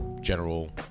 general